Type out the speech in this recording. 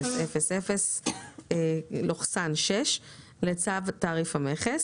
93.05.990000/6 לצו תעריף המכס,